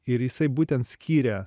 ir jisai būtent skyrė